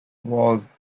was